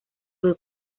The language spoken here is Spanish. fue